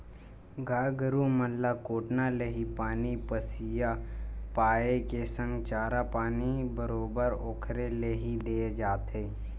गाय गरु मन ल कोटना ले ही पानी पसिया पायए के संग चारा पानी बरोबर ओखरे ले ही देय जाथे